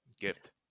gift